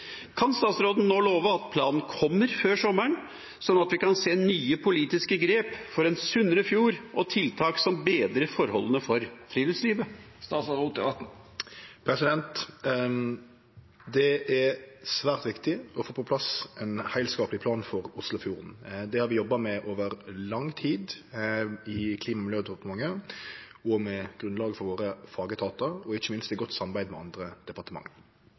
Kan statsråden nå love at planen kommer før sommeren, slik at vi kan se nye politiske grep for en sunnere fjord og tiltak som bedrer forholdene for friluftslivet?» Det er svært viktig å få på plass ein heilskapleg plan for Oslofjorden, det har vi jobba med over lang tid i Klima- og miljødepartementet, med grunnlag frå våre fagetatar og ikkje minst i godt samarbeid med andre departement.